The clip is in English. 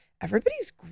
everybody's